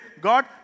God